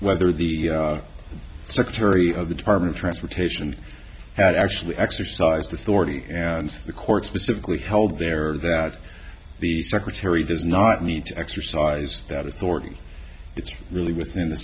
whether the secretary of the department of transportation had actually exercised authority and the courts specifically held there that the secretary does not need to exercise that authority it's really within the